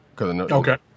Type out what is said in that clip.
Okay